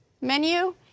menu